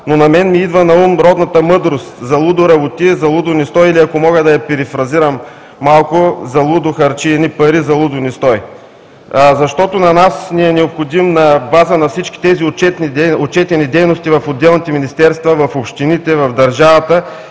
Но на мен ми идва наум родната мъдрост: „Залудо работи, залудо не стой!“ или, ако мога да я перифразирам малко – „Залудо харчи едни пари, залудо не стой!“. Необходимо ни е на база на всички тези отчетени дейности в отделните министерства, в общините, в държавата